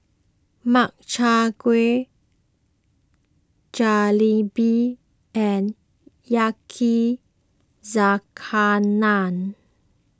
Makchang Gui Jalebi and Yakizakana